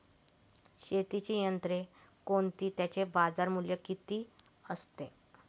शेतीची यंत्रे कोणती? त्याचे बाजारमूल्य किती असते?